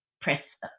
press